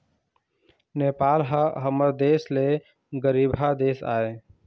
नेपाल ह हमर देश ले गरीबहा देश आय